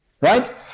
right